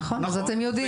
נכון, אנחנו יודעים.